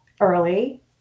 early